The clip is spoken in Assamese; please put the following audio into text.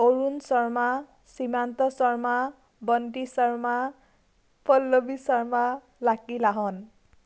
অৰুণ শৰ্মা সীমান্ত শৰ্মা বন্তি শৰ্মা পল্লৱী শৰ্মা লাকী লাহন